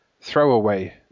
throwaway